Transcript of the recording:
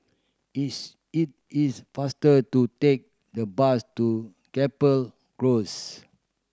it's it is faster to take the bus to Gapel Close